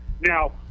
Now